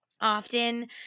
often